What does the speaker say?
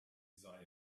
sei